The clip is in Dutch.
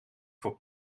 voor